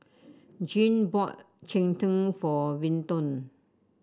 Jean bought Cheng Tng for Vinton